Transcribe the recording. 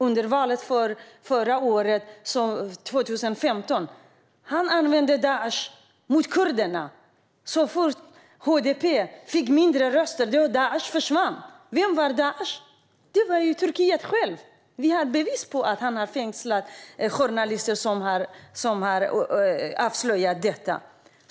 Under valet 2015 använde han Daish mot kurderna. Så fort HDP fick mindre röster försvann Daish. Vem var Daish? Det var ju Turkiet självt! Vi har bevis på att han har fängslat journalister som avslöjat detta.